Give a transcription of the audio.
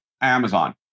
Amazon